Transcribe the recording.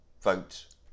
vote